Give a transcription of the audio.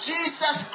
Jesus